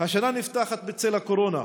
השנה נפתחת בצל הקורונה,